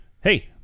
hey